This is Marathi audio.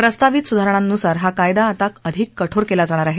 प्रस्तावित सुधारणांनुसार हा कायदा आता अधिक कठोर केला जाणार आहे